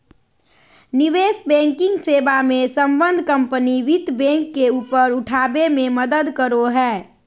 निवेश बैंकिंग सेवा मे सम्बद्ध कम्पनी वित्त बैंक के ऊपर उठाबे मे मदद करो हय